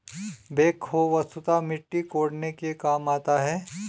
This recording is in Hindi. बेक्हो वस्तुतः मिट्टी कोड़ने के काम आता है